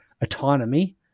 autonomy